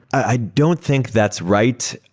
i don't think that's right,